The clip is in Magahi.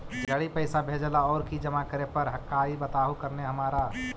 जड़ी पैसा भेजे ला और की जमा करे पर हक्काई बताहु करने हमारा?